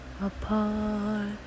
apart